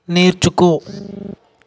నేర్చుకో